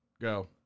Go